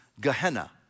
Gehenna